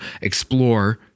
explore